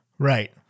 Right